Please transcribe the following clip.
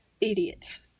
idiots